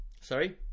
Sorry